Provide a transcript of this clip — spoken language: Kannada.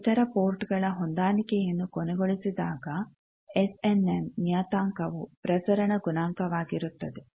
ಇತರ ಪೋರ್ಟ್ಗಳ ಹೊಂದಾಣಿಕೆಯನ್ನು ಕೊನೆಗೊಳಿಸಿದಾಗ ಎಸ್ ಎನ್ ಎಮ್ ನಿಯತಾಂಕವು ಪ್ರಸರಣ ಗುಣಾಂಕವಾಗಿರುತ್ತದೆ